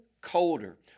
colder